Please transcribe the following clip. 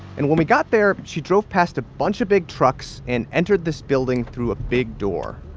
and when we got there, she drove past a bunch of big trucks and entered this building through a big door.